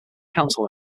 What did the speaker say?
council